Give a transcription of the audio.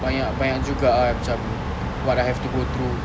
banyak banyak juga ah macam what I have to go through